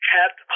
kept